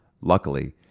Luckily